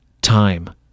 time